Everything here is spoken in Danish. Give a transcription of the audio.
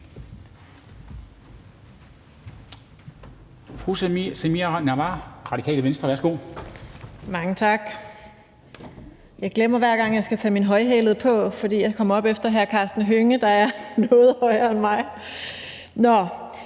Jeg glemmer hver gang, at jeg skal tage mine højhælede på, fordi jeg kommer herop efter hr. Karsten Hønge, der er noget højere end mig. Tak